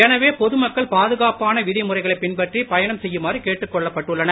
எனவே பொதுமக்கள் பாதுகாப்பான விதிமுறைகளைப் பின்பற்றி பயணம் செய்யுமாறு கேட்டுக் கொள்ளப்பட்டுள்ளனர்